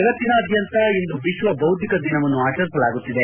ಜಗತ್ತಿನಾದ್ಯಂತ ಇಂದು ವಿಶ್ವ ಬೌದ್ದಿಕ ಆಸ್ತಿ ದಿನವನ್ನು ಆಚರಿಸಲಾಗುತ್ತಿದೆ